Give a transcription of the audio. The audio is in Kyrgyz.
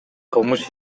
кылмыш